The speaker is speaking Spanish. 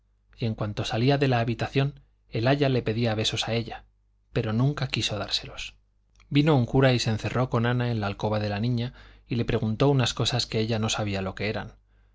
y en cuanto salía de la habitación el aya le pedía besos a ella pero nunca quiso dárselos vino un cura y se encerró con ana en la alcoba de la niña y le preguntó unas cosas que ella no sabía lo que eran